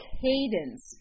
cadence